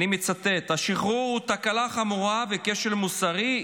אני מצטט: השחרור הוא תקלה חמורה וכשל מוסרי,